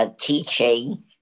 teaching